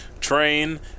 Train